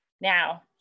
Now